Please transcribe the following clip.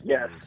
Yes